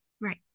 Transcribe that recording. right